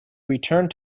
returned